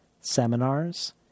seminars